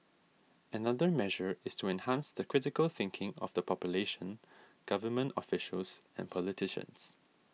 another measure is to enhance the critical thinking of the population government officials and politicians